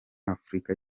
afurika